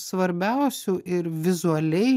svarbiausių ir vizualiai